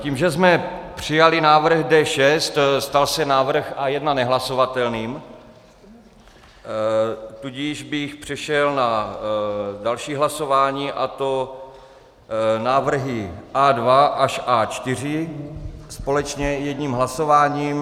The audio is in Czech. Tím, že jsme přijali návrh D6, stal se návrh A1 nehlasovatelným, tudíž bych přešel na další hlasování, a to návrhy A2 až A4 společně jedním hlasováním.